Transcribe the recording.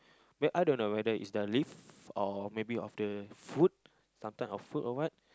well I don't know whether it's the leaf or maybe of the food some type of food or what